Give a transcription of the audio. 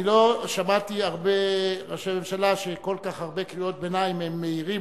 אני לא שמעתי הרבה ראשי ממשלה שכל כך הרבה קריאות ביניים הם מעירים